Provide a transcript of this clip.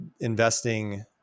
investing